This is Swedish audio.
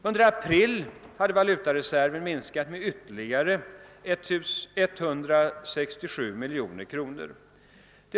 Under april hade valutareserven minskat med ytterligare 167 miljoner kronor.